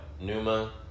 Numa